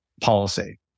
policy